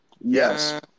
Yes